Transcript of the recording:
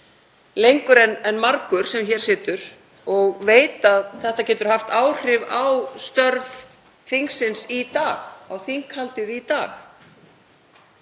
lengur hér en margur sem hér situr og veit að þetta getur haft áhrif á störf þingsins í dag, á þinghaldið í dag.